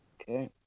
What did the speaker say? Okay